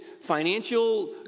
financial